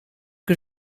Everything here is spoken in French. que